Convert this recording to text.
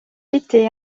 été